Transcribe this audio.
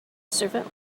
servant